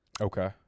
Okay